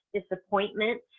disappointment